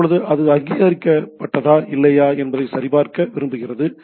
இப்போது அது அங்கீகரிக்கப்பட்டதா இல்லையா என்பதை சரிபார்க்க விரும்புகிறது